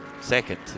second